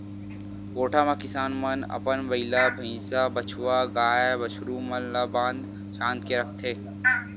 कोठा म किसान मन अपन बइला, भइसा, बछवा, गाय, बछरू मन ल बांध छांद के रखथे